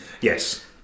Yes